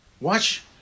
Watch